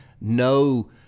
no